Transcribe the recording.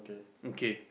okay